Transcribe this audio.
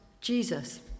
Jesus